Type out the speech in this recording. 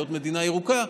להיות מדינה ירוקה,